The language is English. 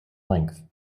length